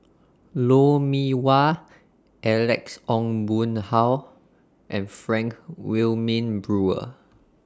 Lou Mee Wah Alex Ong Boon Hau and Frank Wilmin Brewer